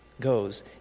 goes